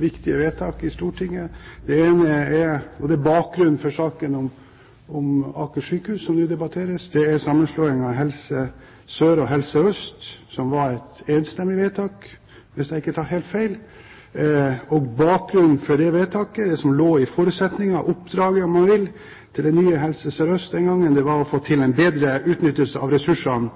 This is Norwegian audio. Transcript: viktige vedtak i Stortinget. Det ene er bakgrunnen for saken om Aker sykehus, som nå debatteres. Det er sammenslåingen av Helse Sør og Helse Øst, som var et enstemmig vedtak, hvis jeg ikke tar helt feil. Bakgrunnen for det vedtaket – det som lå i forutsetningen, oppdraget, om man vil, til det nye Helse Sør-Øst den gangen – var å få til en bedre utnyttelse av